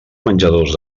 menjadors